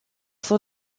sans